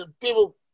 people